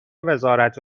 وزارت